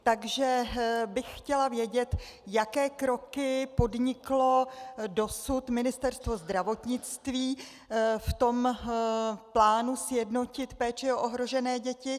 Takže bych chtěla vědět, jaké kroky podniklo dosud Ministerstvo zdravotnictví v plánu sjednotit péči o ohrožené děti.